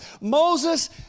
Moses